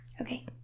Okay